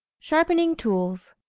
sharpening tools